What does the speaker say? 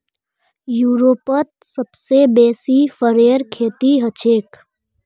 यूरोपत सबसे बेसी फरेर खेती हछेक